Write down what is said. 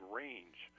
range